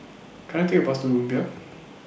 Can I Take A Bus to Rumbia